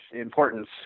importance